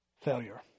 failure